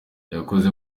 yakoze